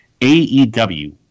AEW